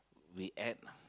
we add